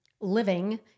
living